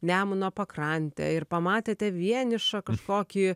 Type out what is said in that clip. nemuno pakrante ir pamatėte vienišą kažkokį